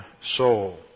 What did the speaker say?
soul